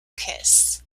kiss